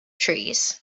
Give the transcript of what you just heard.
trees